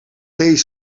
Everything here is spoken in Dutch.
crt